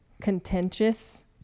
contentious